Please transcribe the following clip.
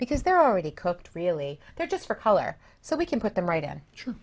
because they're already cooked really they're just for color so we can put them